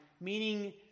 meaning